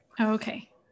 okay